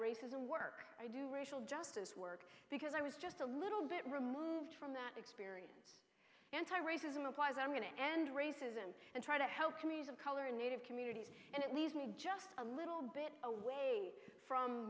racism work i do racial justice work because i was just a little bit removed from that experience anti racism replies i'm going to end racism and try to help commutes of color in native communities and it leaves me just a little bit away from